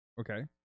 Okay